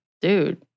dude